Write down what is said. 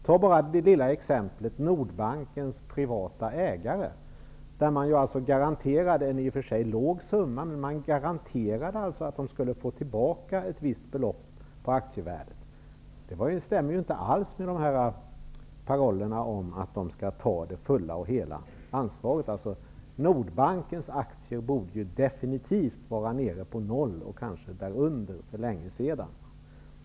Ta bara det lilla exemplet med Nordbankens privata ägare, där regeringen alltså garanterade -- det var i och för sig en låg summa -- att de skulle få tillbaka ett vinstbelopp på aktievärdet. Det stämmer inte alls med parollen att de skall ta det hela och fulla ansvaret. Nordbankens aktier borde definitivt ha varit nere på noll och kanske därunder för länge sedan.